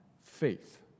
faith